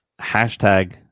hashtag